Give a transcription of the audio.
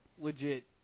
legit